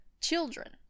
Children